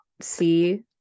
see